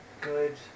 good